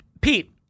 Pete